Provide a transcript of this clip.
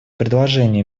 предложение